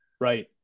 Right